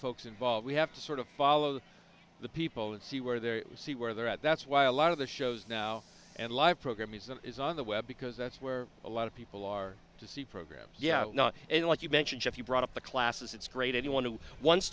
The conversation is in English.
folks involved we have to sort of follow the people and see where they're see where they're at that's why a lot of the shows now and live programming is on the web because that's where a lot of people are to see programs yeah not a lot you mentioned if you brought up the classes it's great anyone who wants